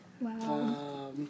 Wow